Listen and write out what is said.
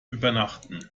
übernachten